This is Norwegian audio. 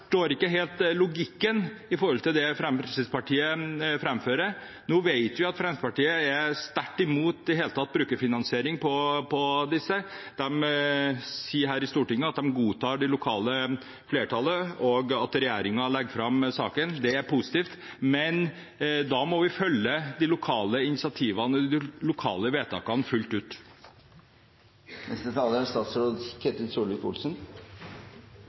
ikke helt logikken i det Fremskrittspartiet framfører. Vi vet at Fremskrittspartiet er sterkt imot brukerfinansiering av dette i det hele tatt. De sier her i Stortinget at de godtar det lokale flertallet, og det er positivt at regjeringen legger fram saken, men da må vi følge de lokale initiativene og de lokale vedtakene fullt ut. Vi diskuterer her i dag Nordhordlandspakken, som primært er